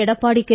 Edappadi K